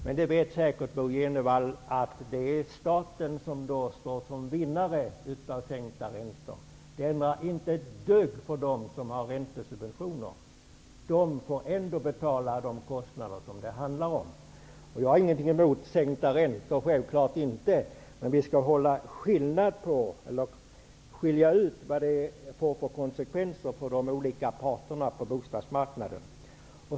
Men Bo G Jenevall vet säkert att det är staten som står som vinnare när räntorna sjunker. Det ändrar inte situationen ett dugg för dem som har räntesubventioner, de får ändå betala de kostnader som det handlar om. Jag har självfallet ingenting emot sänkta räntor, men man måste klara ut vad det får för konsekvenser för de olika parterna på bostadsmarknaden.